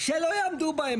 שלא יעמדו בהם,